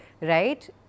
right